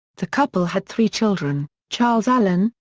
the couple had three children charles allan,